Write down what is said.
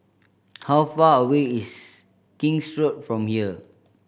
how far away is King's Road from here